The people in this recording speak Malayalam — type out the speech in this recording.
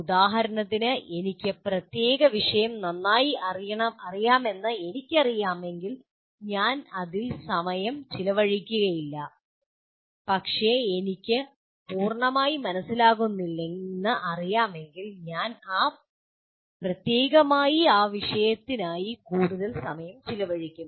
ഉദാഹരണത്തിന് എനിക്ക് പ്രത്യേക വിഷയം നന്നായി അറിയാമെന്ന് എനിക്കറിയാമെങ്കിൽ ഞാൻ അതിൽ സമയം ചെലവഴിക്കുകയില്ല പക്ഷേ എനിക്ക് പൂർണ്ണമായി മനസ്സിലാകുന്നില്ലെന്ന് എനിക്കറിയാമെങ്കിൽ ഞാൻ ആ പ്രത്യേക വിഷയത്തിനായി കൂടുതൽ സമയം ചെലവഴിക്കും